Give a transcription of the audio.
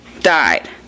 died